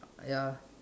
ya